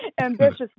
ambitious